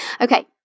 Okay